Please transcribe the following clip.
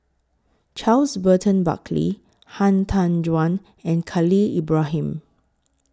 Charles Burton Buckley Han Tan Juan and Khalil Ibrahim